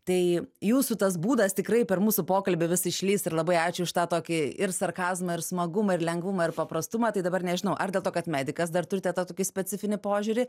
tai jūsų tas būdas tikrai per mūsų pokalbį vis išlįs ir labai ačiū už tą tokį ir sarkazmą ir smagumą ir lengvumą ir paprastumą tai dabar nežinau ar dėl to kad medikas dar turite tą tokį specifinį požiūrį